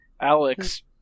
Alex